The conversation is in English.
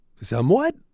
somewhat